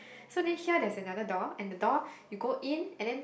so then here there's another door and the door you go in and then